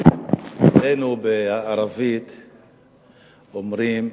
אצלנו בערבית אומרים: